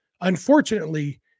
Unfortunately